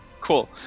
Cool